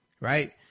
right